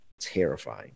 terrifying